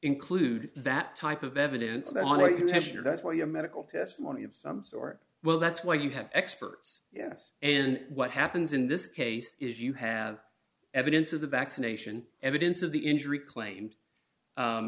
include that type of evidence beyond recognition or that's why your medical testimony of some sort well that's why you have experts yes and what happens in this case is you have evidence of the vaccination evidence of the injury claim